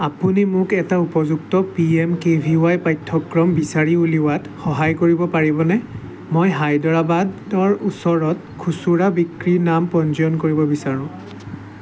আপুনি মোক এটা উপযুক্ত P M K V Y পাঠ্যক্ৰম বিচাৰি উলিওৱাত সহায় কৰিব পাৰিবনে মই হায়দৰাবাদৰ ওচৰত খুচুৰা বিক্ৰী নাম পঞ্জীয়ন কৰিব বিচাৰোঁ